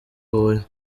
huye